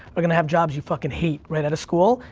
are gonna have jobs you fuckin' hate right outta school,